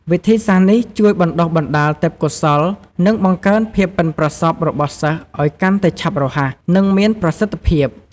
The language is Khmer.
វិធីសាស្ត្រនេះ ជួយបណ្ដុះបណ្ដាលទេពកោសល្យ និងបង្កើនភាពប៉ិនប្រសប់របស់សិស្សឱ្យកាន់តែឆាប់រហ័ស និងមានប្រសិទ្ធភាព។